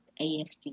ASD